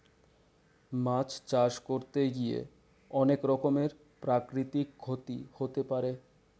মাছ চাষ করতে গিয়ে অনেক রকমের প্রাকৃতিক ক্ষতি হতে পারে